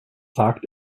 sagt